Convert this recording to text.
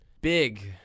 big